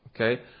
Okay